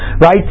right